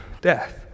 death